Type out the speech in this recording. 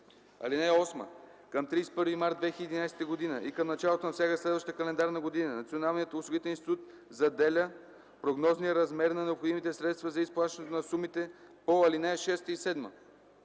(8) Към 31 март 2011 г. и към началото на всяка следваща календарна година Националният осигурителен институт заделя прогнозния размер на необходимите средства за изплащане на сумите по ал. 6 и 7.